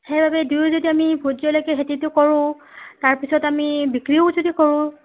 সেইবাবে দুয়ো যদি আমি ভোট জলকীয়া খেতিটো কৰোঁ তাৰপিছত আমি বিক্ৰীও যদি কৰোঁ